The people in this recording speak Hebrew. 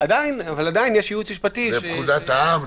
אבל עדיין יש ייעוץ משפטי --- ופקודת העם,